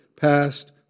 past